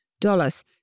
dollars